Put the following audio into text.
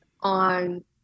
on